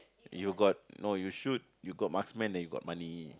you got no you shoot you got then you got money